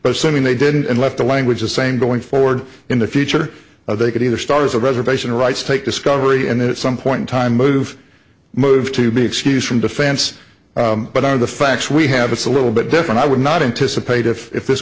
assuming they did and left the language the same going forward in the future they could either stars or reservation rights take discovery and then at some point in time move move to be excused from defense but are the facts we have it's a little bit different i would not intice a paid if this